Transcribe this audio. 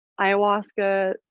ayahuasca